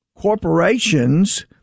corporations